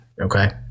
Okay